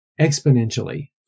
exponentially